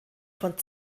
von